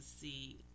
see